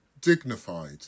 dignified